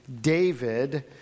David